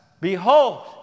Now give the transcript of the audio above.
Behold